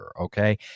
okay